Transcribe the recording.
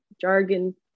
jargon